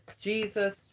Jesus